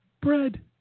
bread